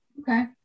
Okay